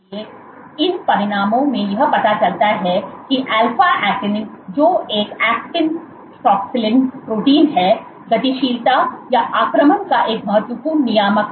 इसलिए इन परिणामों से यह पता चलता है कि अल्फा ऐक्टिन जो एक ऐक्टिन प्रॉक्सीलिन प्रोटीन है गतिशीलता या आक्रमण का एक महत्वपूर्ण नियामक है